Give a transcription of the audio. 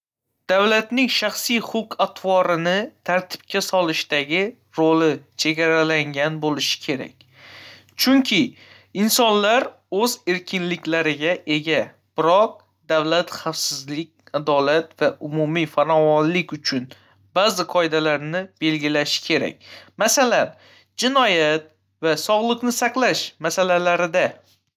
Davlatning shaxsiy xulq-atvorni tartibga solishdagi roli chegaralangan bo'lishi kerak, chunki insonlar o'z erkinliklariga ega. Biroq, davlat xavfsizlik, adolat va umumiy farovonlik uchun ba'zi qoidalarni belgilashi kerak, masalan, jinoyat va sog'liqni saqlash masalalarida.